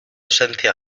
esencia